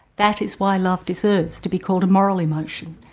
that is why love deserves to be called a moral emotion.